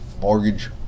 mortgage